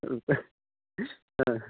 हा